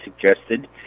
suggested